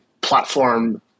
platform